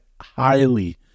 highly